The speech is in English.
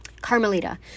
Carmelita